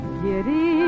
giddy